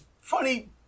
funny